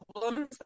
problems